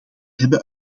hebben